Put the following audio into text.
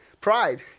Pride